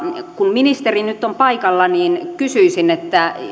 kun ministeri nyt on paikalla kysyisin